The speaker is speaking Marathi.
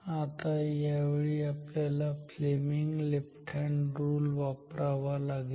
आता या वेळी आपल्याला Fleming left hand rule Fleming's Left Hand Rule वापरावा लागेल